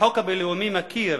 החוק הבין-לאומי מכיר